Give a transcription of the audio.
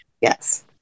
Yes